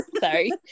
sorry